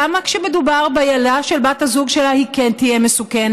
למה כשמדובר בילדה של בת הזוג שלה היא כן תהיה מסוכנת?